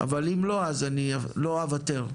אבל אם לא, אני לא אוותר,